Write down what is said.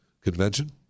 convention